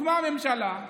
הוקמה הממשלה,